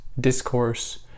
discourse